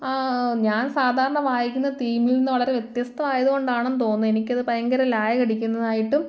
ഞാൻ സാധാരണ വായിക്കുന്ന തീമിൽ നിന്ന് വളരെ വ്യത്യസ്തമായതുകൊണ്ടാണെന്ന് തോന്നുന്നു എനിക്ക് അത് ഭയങ്കര ലാഗ് അടിക്കുന്നതായിട്ടും